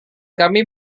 kami